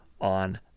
on